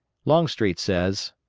longstreet says,